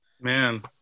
Man